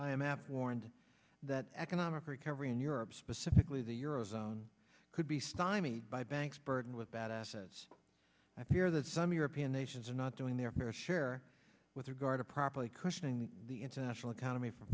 f warned that economic recovery in europe specifically the euro zone could be stymied by banks burdened with bad assets i fear that some european nations are not doing their fair share with regard to properly questioning the international economy f